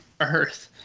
earth